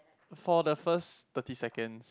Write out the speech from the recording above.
for the first thirty second